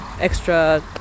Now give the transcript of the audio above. extra